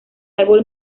árbol